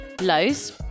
Lows